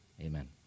amen